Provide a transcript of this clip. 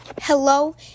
Hello